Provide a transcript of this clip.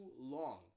long